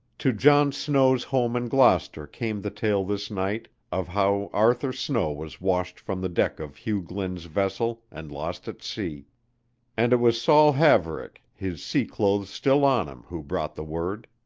to john snow's home in gloucester came the tale this night of how arthur snow was washed from the deck of hugh glynn's vessel and lost at sea and it was saul haverick, his sea clothes still on him, who brought the word.